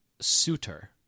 suitor